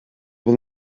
will